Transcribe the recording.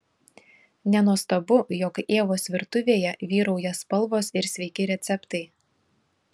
nenuostabu jog ievos virtuvėje vyrauja spalvos ir sveiki receptai